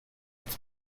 its